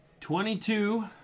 twenty-two